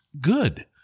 good